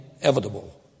inevitable